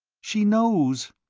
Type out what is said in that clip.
she knows!